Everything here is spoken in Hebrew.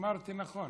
אמרתי נכון.